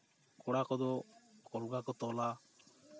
ᱠᱚᱲᱟ ᱠᱚᱫᱚ ᱠᱚᱞᱜᱟ ᱠᱚ ᱛᱚᱞᱟ